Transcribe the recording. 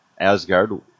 Asgard